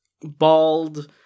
Bald